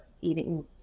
eating